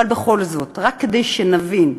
אבל בכל זאת, רק כדי שנבין: